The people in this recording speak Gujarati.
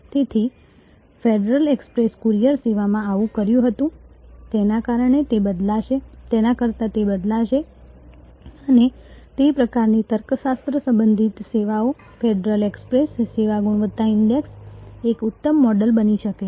તેથી ફેડરલ એક્સપ્રેસે કુરિયર સેવામાં આવું કર્યું હતું તેના કરતાં તે બદલાશે અને તે પ્રકારની તર્કશાસ્ત્ર સંબંધિત સેવાઓ ફેડરલ એક્સપ્રેસ સેવા ગુણવત્તા ઇન્ડેક્સ એક ઉત્તમ મોડલ બની શકે છે